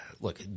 look